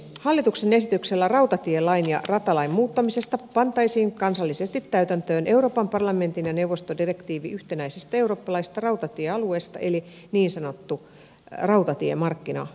hallituksen esityksellä rautatielain ja ratalain muuttamisesta pantaisiin kansallisesti täytäntöön euroopan parlamentin ja neuvoston direktiivi yhtenäisestä eurooppalaisesta rautatiealueesta eli niin sanottu rautatiemarkkinadirektiivi